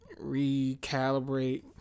recalibrate